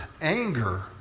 anger